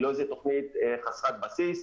היא לא חסרת בסיס,